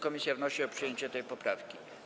Komisja wnosi o przyjęcie tej poprawki.